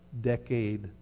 decade